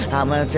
I'ma